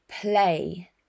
play